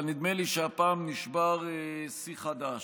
אבל נדמה לי שהפעם נשבר שיא חדש.